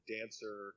Dancer